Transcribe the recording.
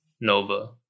Nova